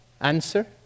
Answer